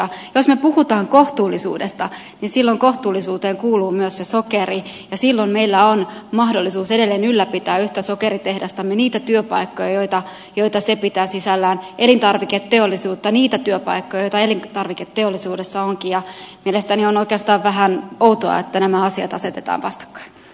jos me puhumme kohtuullisuudesta silloin kohtuullisuuteen kuuluu myös se sokeri ja silloin meillä on mahdollisuus edelleen ylläpitää yhtä sokeritehdastamme niitä työpaikkoja joita se pitää sisällään elintarviketeollisuutta niitä työpaikkoja joita elintarviketeollisuudessa onkin ja mielestäni on oikeastaan vähän outoa että nämä asiat asetetaan vastakkain